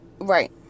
Right